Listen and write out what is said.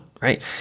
right